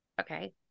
okay